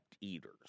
eaters